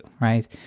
right